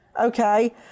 Okay